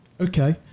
Okay